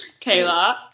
Kayla